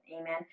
Amen